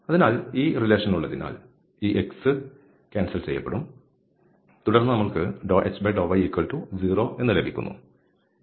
അതിനാൽ ഈ ബന്ധം ഉള്ളതിനാൽ ഈ x റദ്ദാക്കപ്പെടും തുടർന്ന് നമ്മൾക്ക്∂h∂y0 ഉണ്ട്